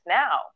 now